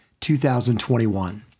2021